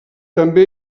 també